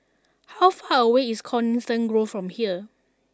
how far away is Coniston Grove from here